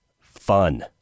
fun